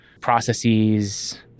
processes